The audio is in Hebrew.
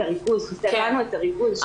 חסר לנו את הריכוז.